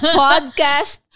podcast